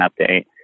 update